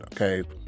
okay